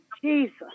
Jesus